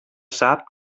sap